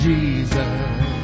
Jesus